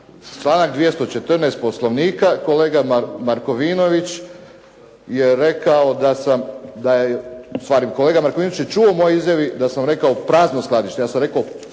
Članak 214. Poslovnika. Kolega Markovinović je rekao da sam, ustvari kolega Markovinović je čuo u mojoj izjavi da sam rekao prazno skladište. Ja sam rekao